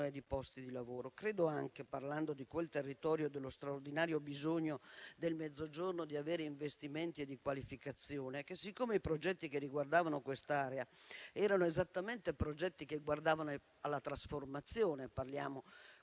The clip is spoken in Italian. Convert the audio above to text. di posti di lavoro. Credo anche, parlando di quel territorio e dello straordinario bisogno del Mezzogiorno di avere investimenti e di qualificazione, che siccome i progetti che riguardavano quest'area erano esattamente progetti che guardavano alla trasformazione - mi